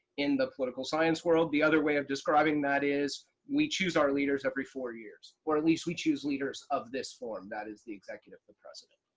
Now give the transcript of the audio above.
in the political science world, the other way of describing that is we choose our leaders every four years, or at least we choose leaders of this form, that is the executive, the president.